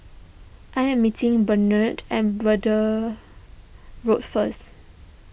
I am meeting Barnett at Braddell Road first